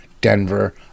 Denver